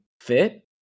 fit